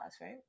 right